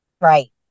Right